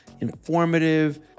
informative